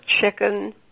chicken